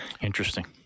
interesting